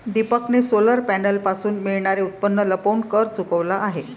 दीपकने सोलर पॅनलपासून मिळणारे उत्पन्न लपवून कर चुकवला आहे